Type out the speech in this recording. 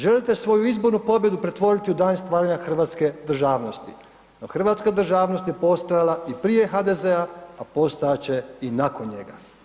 Želite svoju izbornu pobjedu pretvoriti u dan stvaranja hrvatske državnost, no hrvatska državnost je postojala i prije HDZ-a, a postojat će i nakon njega.